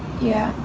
yeah,